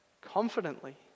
confidently